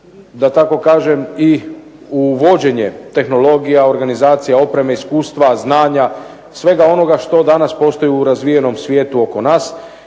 da tako kažem i uvođenje tehnologija, organizacija opreme, iskustva, znanja, svega onoga što danas postoji u razvijenom svijetu oko nas.